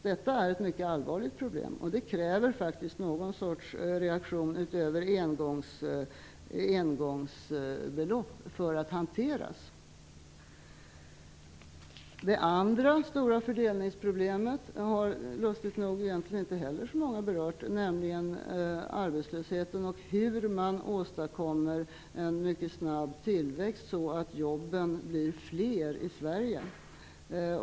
Det är ett mycket allvarligt problem, och det krävs faktiskt något slags reaktion utöver förslag om engångsbelopp för att vi skall kunna hantera det. ustigt nog har inte heller det andra stora fördelningsproblemet berörts av så många: arbetslösheten och hur man åstadkommer en mycket snabb tillväxt så att jobben blir fler i Sverige.